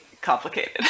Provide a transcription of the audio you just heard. complicated